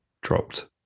dropped